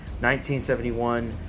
1971